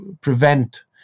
prevent